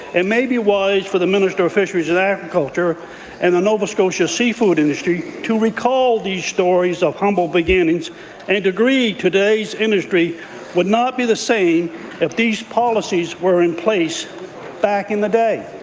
it may be wise for the minister of fisheries and agriculture and the nova scotia seafood industry to recall these stories of humble beginnings and to agree today's industry would not be the same if these policies were in place back in the day.